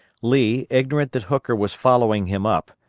lee, ignorant that hooker was following him up,